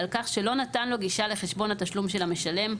על כך שלא נתן לו גישה לחשבון התשלום של המשלם,